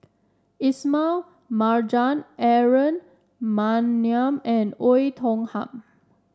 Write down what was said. Ismail Marjan Aaron Maniam and Oei Tiong Ham